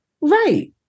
right